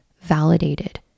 validated